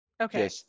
Okay